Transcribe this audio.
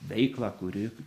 veiklą kuri